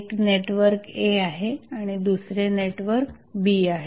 एक network A आहे आणि दुसरे नेटवर्क B आहे